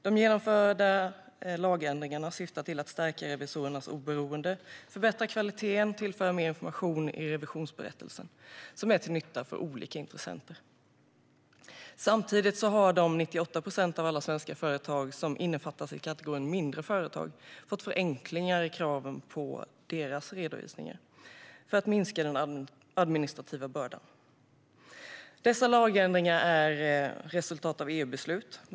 De genomförda lagändringarna syftar till att stärka revisorernas oberoende, förbättra kvaliteten och tillföra mer information i revisionsberättelsen, som är till nytta för olika intressenter. Samtidigt har de 98 procent av alla svenska företag som innefattas i kategorin mindre företag fått förenklingar i kraven på sina redovisningar - detta för att minska den administrativa bördan. Dessa lagändringar är resultat av EU-beslut.